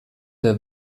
der